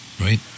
right